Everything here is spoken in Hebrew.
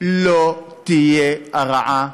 לא תהיה הרעה